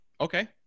Okay